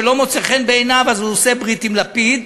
וכשלא מוצא חן בעיניו הוא עושה ברית עם ליברמן,